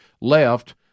left